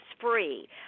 free